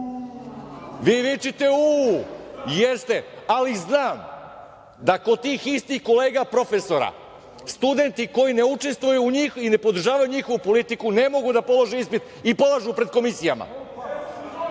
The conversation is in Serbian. Vi vičite „u“ jeste, ali znam da kod tih istih kolega profesora studenti koji ne učestvuju i ne podržavaju njihovu politiku ne mogu da polože ispit i polažu pred komisijama.